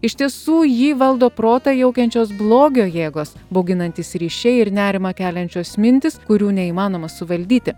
iš tiesų jį valdo protą jaukiančios blogio jėgos bauginantys ryšiai ir nerimą keliančios mintys kurių neįmanoma suvaldyti